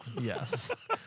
yes